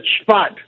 spot